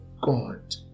God